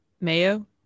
mayo